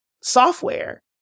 software